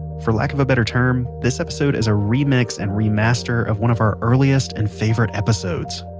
for lack of a better term, this episode is a remix and remaster of one of our earliest and favorite episodes.